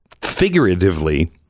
figuratively